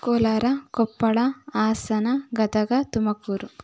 Kolar Koppal Hassan Gadag Tumakuru